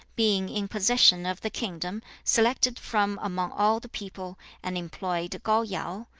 being in possession of the kingdom, selected from among all the people, and employed kao-yao,